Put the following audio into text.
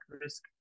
risk